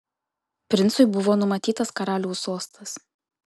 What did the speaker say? princui buvo numatytas karaliaus sostas